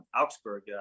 Augsburg